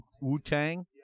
Wu-Tang